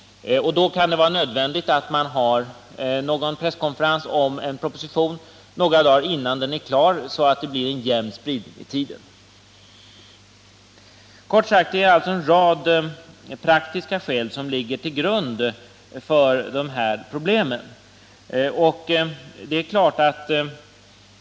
Då kan det vara nödvändigt att ha någon presskonferens om en proposition några dagar innan den blir klar, så att det blir en jämn spridning i tiden. Kort sagt: det är en rad praktiska skäl som ligger till grund för dessa problem.